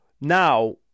Now